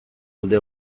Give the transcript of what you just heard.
alde